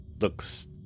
looks